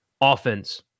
offense